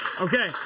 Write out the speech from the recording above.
Okay